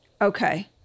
Okay